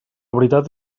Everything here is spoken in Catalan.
veritat